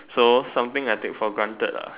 so something I take for granted ah